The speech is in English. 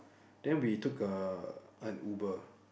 then we took a an Uber